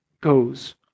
goes